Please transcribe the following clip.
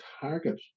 target